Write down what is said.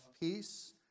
peace